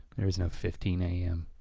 there's no fifteen a m.